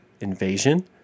invasion